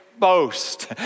Boast